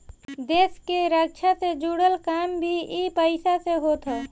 देस के रक्षा से जुड़ल काम भी इ पईसा से होत हअ